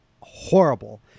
horrible